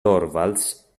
torvalds